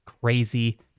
crazy